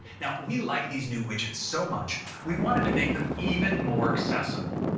now we like these new widgets so much, we wanted to make them even more accessible.